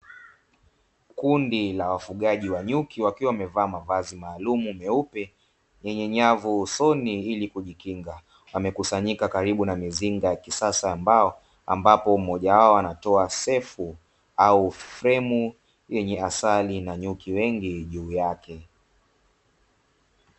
Kundi la wafugaji wa nyuki, wakiwa wamevaa mavazi maalumu meupe yenye nyavu usoni, ili kujikinga. Wamekusanyika karibu na mizinga ya kisasa, ambapo mmoja wao anatoa sefu au fremu yenye asali na nyuki wengi juu yake.